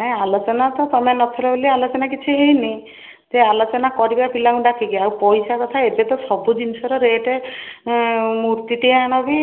ନାହିଁ ଆଲୋଚନା ତ ତୁମେ ନଥିଲ ବୋଲି ଆଲୋଚନା କିଛି ହେଇନି ଯେ ଆଲୋଚନା କରିବା ପିଲାଙ୍କୁ ଡାକିକି ଆଉ ପଇସା କଥା ଏବେ ତ ସବୁ ଜିନିଷର ରେଟ୍ ମୂର୍ତ୍ତିଟିଏ ଆଣ ବି